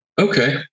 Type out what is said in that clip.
Okay